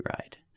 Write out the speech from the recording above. ride